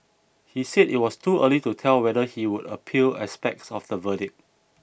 he said it was too early to tell whether he would appeal aspects of the verdict